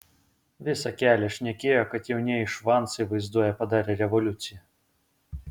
visą kelią šnekėjo kad jaunieji švancai vaizduoja padarę revoliuciją